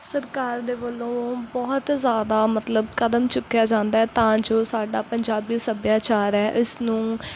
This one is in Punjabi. ਸਰਕਾਰ ਦੇ ਵੱਲੋਂ ਬਹੁਤ ਜ਼ਿਆਦਾ ਮਤਲਬ ਕਦਮ ਚੁੱਕਿਆ ਜਾਂਦਾ ਤਾਂ ਜੋ ਸਾਡਾ ਪੰਜਾਬੀ ਸੱਭਿਆਚਾਰ ਹੈ ਇਸ ਨੂੰ